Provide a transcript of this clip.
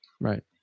right